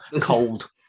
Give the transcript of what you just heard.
Cold